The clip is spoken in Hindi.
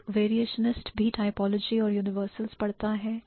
एक variationist भी typology और universals पड़ता है